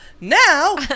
now